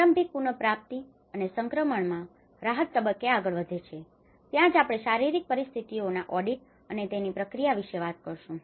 પ્રારંભિક પુનપ્રાપ્તિ અને સંક્રમણમાં રાહત તબક્કે આગળ વધે છે ત્યાંજ આપણે શારીરિક પરિસ્થિતિઓના ઓડિટ અને તેની પ્રક્રિયા વિશે વાત કરીશું